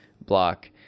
block